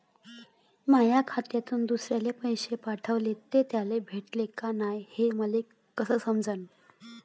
माया खात्यातून दुसऱ्याले पैसे पाठवले, ते त्याले भेटले का नाय हे मले कस समजन?